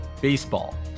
baseball